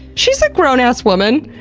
she's a grown-ass woman.